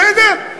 בסדר?